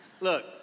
look